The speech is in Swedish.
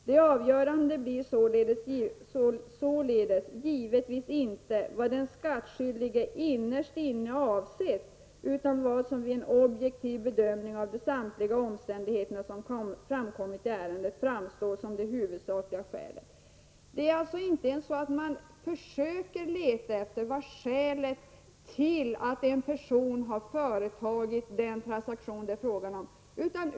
Det avgörande blir således givetvis inte vad den skattskyldige innerst inne avsett utan vad som vid en objektiv bedömning av samtliga omständigheter som framkommit i ärendet framstår som det huvudsakliga skälet för förfarandet. Man försöker alltså inte leta efter vad skälet är till att en person har företagit den transaktion det är fråga om.